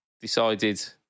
decided